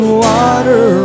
water